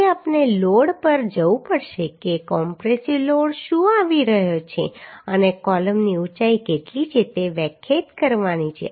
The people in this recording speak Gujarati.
પછી આપણે લોડ પર જવું પડશે કે કમ્પ્રેસિવ લોડ શું આવી રહ્યો છે અને કૉલમની ઊંચાઈ કેટલી છે તે વ્યાખ્યાયિત કરવાની છે